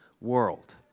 world